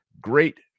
great